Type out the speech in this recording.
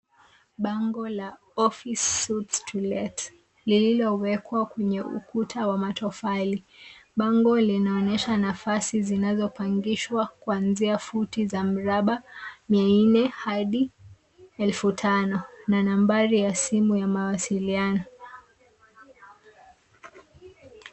Bango la office suites to let , lililowekwa kwenye ukuta wa matofali. Bango linaonyesha nafasi zinazopangishwa kuanzia futi za mraba, 400 hadi 5000, na nambari ya simu ya mawasiliano.